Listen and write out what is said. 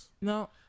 no